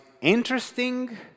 interesting